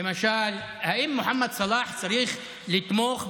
למה נגד?